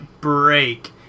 break